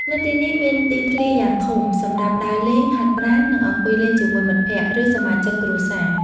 នៅទីនេះមានទីធ្លាយ៉ាងធំ សម្រាប់ដើរលេង ហាត់ប្រាណ និងអង្គុយលេងជាមួយមិត្តភក្តិ ឬសមាជិកគ្រួសារ។